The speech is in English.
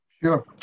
Sure